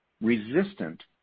resistant